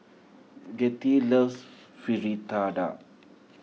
Gertie loves Fritada